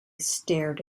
stared